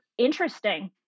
interesting